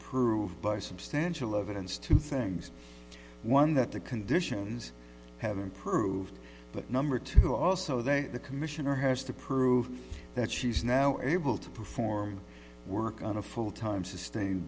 prove by substantial evidence two things one that the conditions have improved but number two also they the commissioner has to prove that she's now able to perform work on a full time sustain